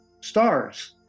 stars